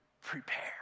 prepare